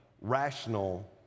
rational